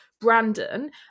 Brandon